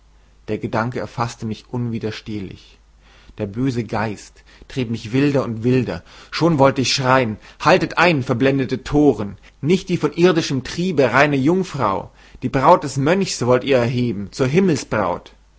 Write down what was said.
der gedanke erfaßte mich unwiderstehlich der böse geist trieb mich wilder und wilder schon wollte ich schreien haltet ein verblendete toren nicht die von irdischem triebe reine jungfrau die braut des mönchs wollt ihr erheben zur